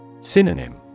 Synonym